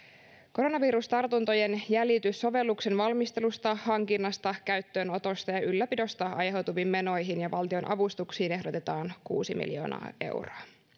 koronavirustartuntojen jäljityssovelluksen valmistelusta hankinnasta käyttöönotosta ja ylläpidosta aiheutuviin menoihin ja valtionavustuksiin ehdotetaan kuusi miljoonaa euroa